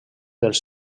dels